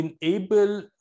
enable